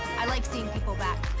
i like seeing people back.